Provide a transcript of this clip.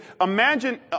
Imagine